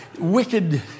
wicked